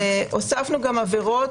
הוספנו גם עבירות.